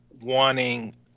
wanting